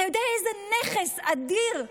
אתה יודע איזה נכס אדיר?